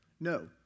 No